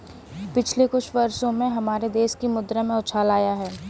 पिछले कुछ वर्षों में हमारे देश की मुद्रा में उछाल आया है